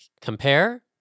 compare